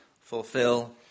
fulfill